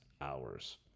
hours